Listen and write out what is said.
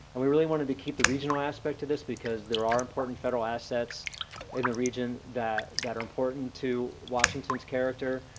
and we really wanted to keep the regional aspect of this because there are important federal assets in the region that that are important to washington's character,